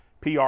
PR